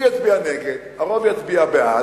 אני אצביע נגד, הרוב יצביע בעד.